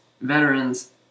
veterans